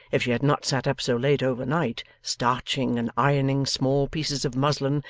if she had not sat up so late over-night, starching and ironing small pieces of muslin,